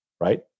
right